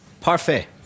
Parfait